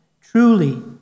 truly